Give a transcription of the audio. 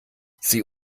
sie